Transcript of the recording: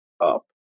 up